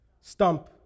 stump